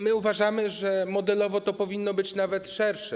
My uważamy, że modelowo to powinno być nawet szersze.